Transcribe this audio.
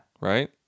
Right